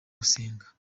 gusenga